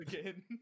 again